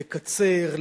לקצר,